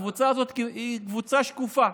הקבוצה הזאת היא קבוצה שקופה,